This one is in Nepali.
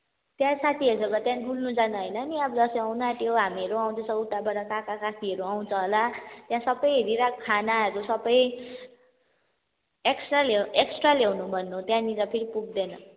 त्यहाँ साथीहरूसँग त्यहाँ डुल्नु जानु होइन नि अब दसैँ आउन आँट्यो हामीहरू आउँदैछ उताबाट काकाकाकीहरू आउँछ होला त्यहाँ सबै हेरिराख् खानाहरू सबै एक्स्ट्रा ल्या एक्स्ट्रा ल्याउन भन्नु त्यहाँनिर फेरि पुग्दैन